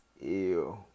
Ew